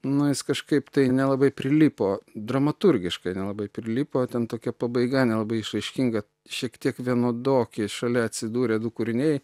nu jis kažkaip tai nelabai prilipo dramaturgiškai nelabai prilipo ten tokia pabaiga nelabai išraiškinga šiek tiek vienodoki šalia atsidūrė du kūriniai